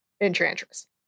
enchantress